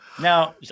Now